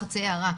חצי הערה,